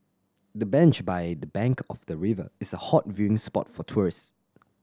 the bench by the bank of the river is a hot viewing spot for tourist